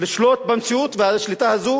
לשלוט במציאות, והשליטה הזאת